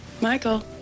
Michael